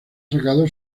sacado